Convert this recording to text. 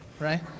right